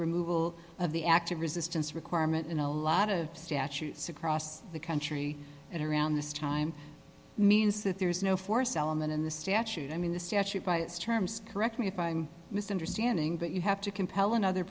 removal of the active resistance requirement in a lot of statutes across the country and around this time means that there is no force element in the statute i mean the statute by its terms correct me if i'm misunderstanding that you have to compel another